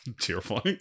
terrifying